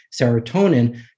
serotonin